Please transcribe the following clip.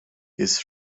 his